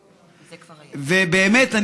קורבנות.